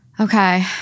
Okay